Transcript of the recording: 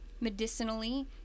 Medicinally